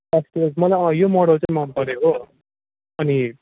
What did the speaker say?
plus twelve मलाई यो model चाहिँ मनपरेको अनि